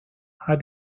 how